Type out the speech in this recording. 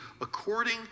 according